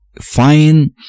fine